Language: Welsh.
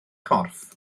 corff